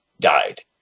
died